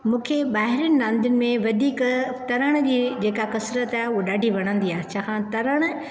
मूंखे ॿाहिरि नदियुनि में वधीक तरण जी जेका कसरत आहे उहा डाढी वणंदी आहे छाकाणि तरण